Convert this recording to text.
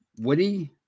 Woody